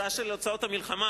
קופסה של הוצאות המלחמה.